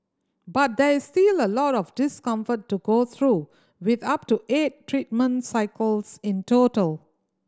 but there is still a lot of discomfort to go through with up to eight treatment cycles in total